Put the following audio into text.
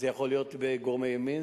זה יכול להיות בגורמי ימין,